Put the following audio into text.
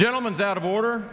gentleman's out of order